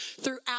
throughout